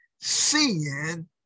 seeing